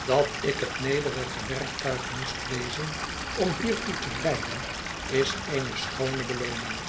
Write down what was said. dat ik het nederige werktuig moest wezen om hiertoe te leiden is eene schoone belooning